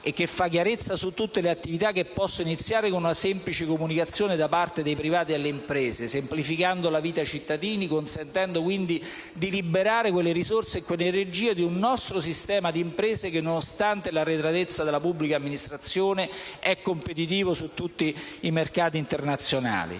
che fa chiarezza su tutte le attività che possono iniziare con una semplice comunicazione da parte dei privati e delle imprese, semplificando la vita ai cittadini, consentendo, quindi, di liberare quelle risorse e quelle energie di un nostro sistema di impresa che, nonostante l'arretratezza della pubblica amministrazione, è competitivo su tutti i mercati internazionali.